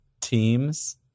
teams